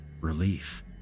relief